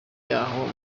y’abo